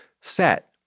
set